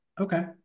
Okay